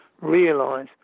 realise